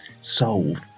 solved